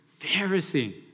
Pharisee